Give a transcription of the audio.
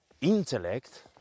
intellect